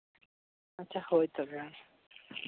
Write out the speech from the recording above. ᱟᱪᱪᱷᱟ ᱦᱳᱭ ᱛᱚᱵᱮ